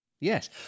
Yes